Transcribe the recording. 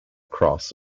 cross